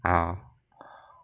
ah